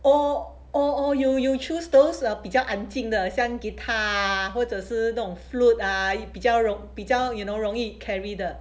or or or you you choose those uh 比较安静的像 guitar ah 或者是那种 flute ah 比较比较 you know carry 的